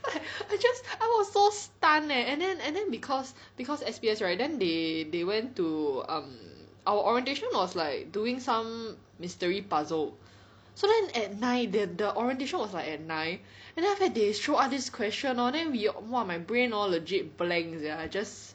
I just I was so stun leh and then and then cause cause cause S_P_S right then they they went to um our orientation was like doing some mystery puzzle so then at night the the orientation was like at nine and then after that they throw us this question hor then we !wah! my brain hor legit blank sia I just